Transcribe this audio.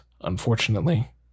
unfortunately